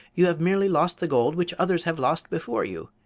you have merely lost the gold which others have lost before you.